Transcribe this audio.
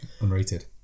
Unrated